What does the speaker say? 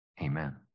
amen